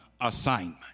assignment